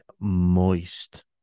moist